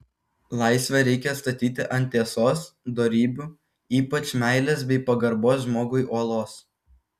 laisvę reikia statyti ant tiesos dorybių ypač meilės bei pagarbos žmogui uolos